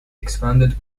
expanded